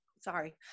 Sorry